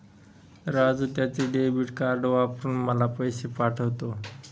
राजू त्याचे debit card वापरून मला पैसे पाठवतो